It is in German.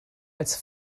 als